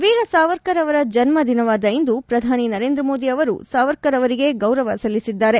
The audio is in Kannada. ವೀರ ಸಾವರ್ಕರ್ ಅವರ ಜನ್ನ ದಿನವಾದ ಇಂದು ಪ್ರಧಾನಿ ನರೇಂದ ಮೋದಿ ಅವರು ಸಾವರ್ಕರ್ ಅವರಿಗೆ ಗೌರವ ಸಲ್ಲಿಸಿದ್ದಾರೆ